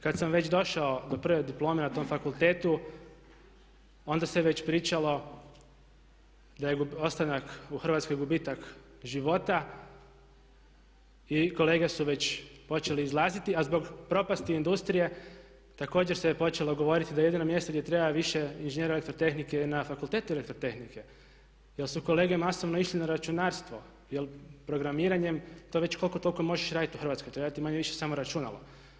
Kad sam već došao do prve diplome na tom fakultetu onda se već pričalo da je ostanak u Hrvatskoj gubitak života i kolege su već počeli izlaziti, a zbog propasti industrije također se počelo govoriti da jedino mjesto gdje treba više inženjera elektrotehnike je na Fakultetu elektrotehnike jer su kolege masovno išli na računarstvo jer programiranjem to već koliko toliko možeš raditi u Hrvatskoj, treba ti manje-više samo računalo.